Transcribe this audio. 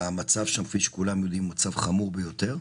המצב שם, כפי שכולם יודעים, הוא מצב חמור ביותר.